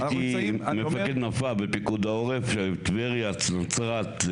הייתי מפקד נפה בפיקוד העורף של טבריה נצרת,